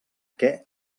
què